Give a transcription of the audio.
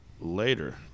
later